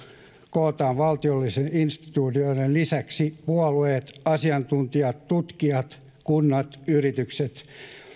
kootaan valtiollisten instituutioiden lisäksi puolueet asiantuntijat tutkijat kunnat yritykset